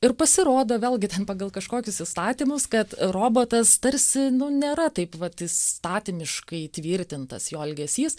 ir pasirodo vėlgi ten pagal kažkokius įstatymus kad robotas tarsi nu nėra taip vat įstatymiškai įtvirtintas jo elgesys